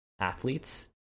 athletes